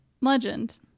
Legend